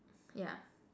yeah